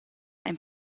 ein